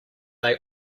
they